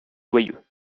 joyeux